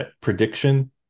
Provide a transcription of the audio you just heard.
prediction